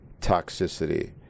toxicity